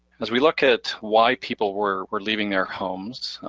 as we look at why people were were leaving their homes,